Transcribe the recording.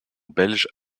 belge